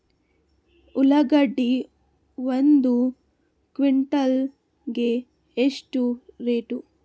ಉಳ್ಳಾಗಡ್ಡಿ ಒಂದು ಕ್ವಿಂಟಾಲ್ ಗೆ ಎಷ್ಟು ರೇಟು?